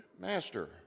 Master